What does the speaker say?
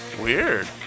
Weird